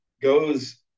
goes